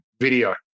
video